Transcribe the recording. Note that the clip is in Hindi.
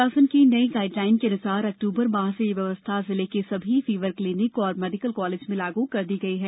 शासन की नई गाईडलाईन के अनुसार अक्टूबर माह से यह व्यवस्था जिले के सभी फीवर क्लीनिक एवं मेडिकल कॉलेज में लागू कर दी गई है